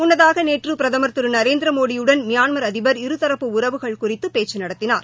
முன்னதாக நேற்று பிரதமர் திரு நரேந்திர மோடி யுடன் மியான்மர் அதிபர் இருதரப்பு உறவுகள் குறித்து பேச்சு நடத்தினார்